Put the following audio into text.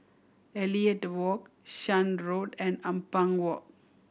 Elliot Walk Shan Road and Ampang Walk